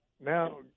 now